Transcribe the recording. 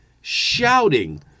shouting